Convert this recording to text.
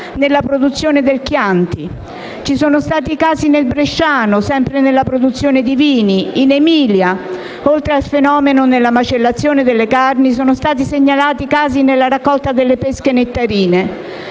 nella produzione del Chianti. Ci sono stati casi nel bresciano, sempre nella produzione di vini. In Emilia, oltre al fenomeno nella macellazione delle carni, sono stati segnalati casi nella raccolta delle pesche nettarine.